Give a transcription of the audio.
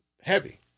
heavy